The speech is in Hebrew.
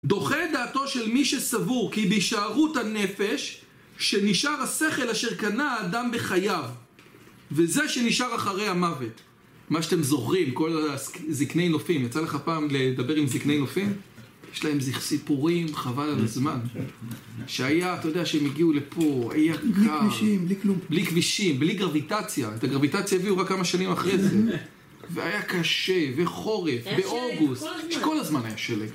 דוחה דעתו של מי שסבור, כי בהשארות הנפש שנשאר השכל אשר קנה האדם בחייו וזה שנשאר אחרי המוות, מה שאתם זוכרים, כל הזקני נופים, יצא לך פעם לדבר עם זקני נופים יש להם סיפורים חבל על הזמן, שהיה, אתה יודע כשהם הגיעו לפה היה קר בלי כבישים בלי כלום בלי כבישים בלי גרביטציה את הגרביטציה הביאו רק כמה שנים אחרי זה, והיה קשה וחורף היה שלג באוגוסט, כל הזמן היה שלג.